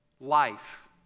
Life